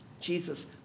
Jesus